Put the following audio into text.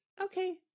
okay